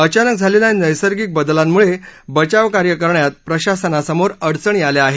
अचानक झालेल्या नैसर्गिक बदलामुळे बचावकार्य करण्यात प्रशासनासमोर अडचणी आल्या आहेत